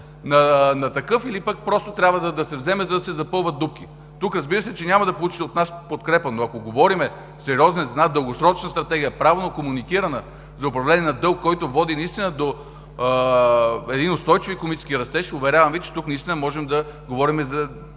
на такъв, или пък просто трябва да се вземе, за да се запълват дупки. Тук, разбира се, че няма да получите от нас подкрепа, но ако говорим сериозно за една дългосрочна стратегия, правилно комуникирана за управление на дълг, който води наистина до един устойчив икономически растеж, уверявам Ви, че наистина можем да говорим и